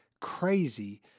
crazy